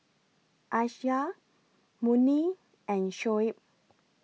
Aisyah Murni and Shoaib